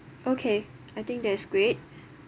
okay I think that is great